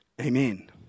amen